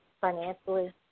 financially